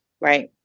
Right